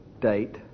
date